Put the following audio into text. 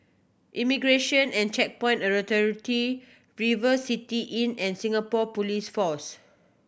Immigration and Checkpoint Authority River City Inn and Singapore Police Force